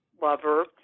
lover